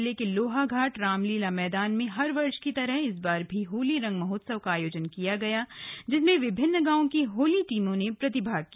जिले के लोहाघाट रामलीला मैदान में हर वर्ष की तरह इस बार भी होली रंग महोत्सव का आयोजन किया गया जिसमें विभिन्न गांवों की होली टीमों ने प्रतिभाग किया